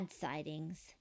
sightings